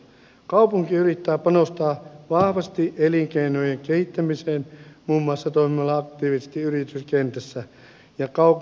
kaupunki yrittää panostaa vahvasti elinkeinojen kehittämiseen muun muassa toimimalla aktiivisesti yrityskentässä ja kaupungin kehittämisessä